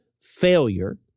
failure